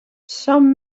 some